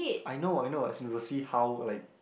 I know I know as in we will see how like